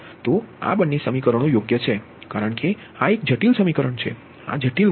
તો આ બંને સમીકરણો યોગ્ય છે કારણ કે આ એક જટિલ સમીકરણ છે આ જટિલ વોલ્ટેજ છે